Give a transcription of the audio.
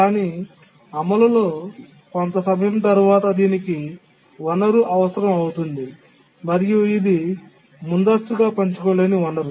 కానీ అమలులో కొంత సమయం తరువాత దీనికి వనరు అవసరం అవుతుంది మరియు ఇది ముందస్తుగా పంచుకోలేని వనరు